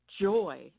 joy